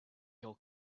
your